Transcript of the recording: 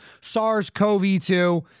SARS-CoV-2